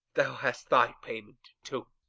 thou hast thy payment too.